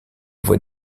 voies